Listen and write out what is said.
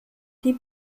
die